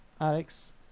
Alex